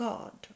God